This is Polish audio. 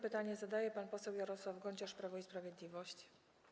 Pytanie zadaje pan poseł Jarosław Gonciarz, Prawo i Sprawiedliwość.